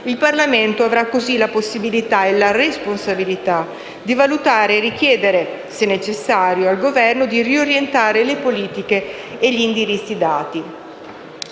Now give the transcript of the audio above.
Il Parlamento avrà così la possibilità e la responsabilità di valutare e richiedere al Governo, se necessario, di riorientare le politiche e gli indirizzi dati.